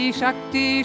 shakti